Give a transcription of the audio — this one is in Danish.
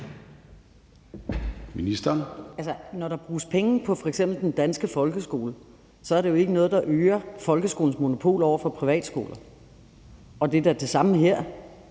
Altså, når der bruges penge på f.eks. den danske folkeskole, er det jo ikke noget, der øger folkeskolens monopol over for privatskoler. Og det er da det samme her.